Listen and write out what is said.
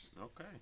Okay